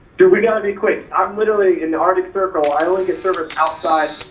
dude, we gotta be quick. i'm literally in the arctic circle, i only get service outside.